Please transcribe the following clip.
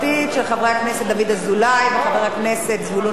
הכנסת דוד אזולאי וחבר הכנסת זבולון אורלב,